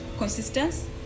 Consistence